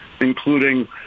including